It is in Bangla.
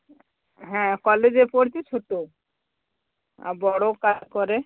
হ্যাঁ কলেজে পড়ছে ছোটো আর বড়ো কাজ করে